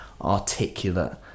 articulate